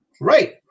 Right